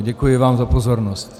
Děkuji vám za pozornost.